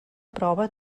prova